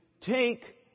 take